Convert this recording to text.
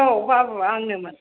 औ बाबु आंनो मोन